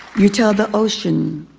you tell the ocean.